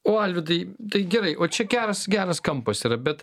o alvydai tai gerai o čia geras geras kampas yra bet